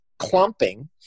clumping